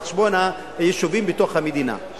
על חשבון היישובים בתוך המדינה.